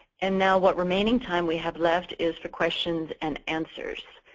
and now what remaining time we have left is for questions and answers.